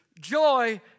joy